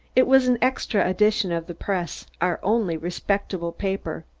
it was an extra edition of the press, our only respectable paper.